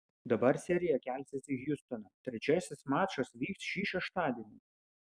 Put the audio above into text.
dabar serija kelsis į hjustoną trečiasis mačas vyks šį šeštadienį